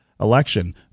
election